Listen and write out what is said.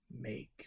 Make